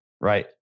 Right